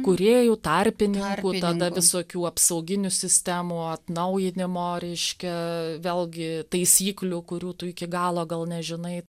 kūrėjų tarpininkų tada visokių apsauginių sistemų atnaujinimo reiškia vėlgi taisyklių kurių tu iki galo gal nežinai